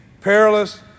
perilous